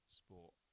sport